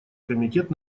комитет